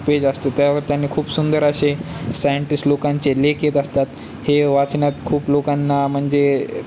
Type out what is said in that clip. page असतं त्यावर त्यांनी खूप सुंदर असे सायंटिस्ट लोकांचे लेख आहेत असतात हे वाचण्यात खूप लोकांना म्हणजे